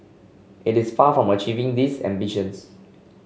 it is far from achieving these ambitions